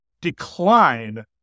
decline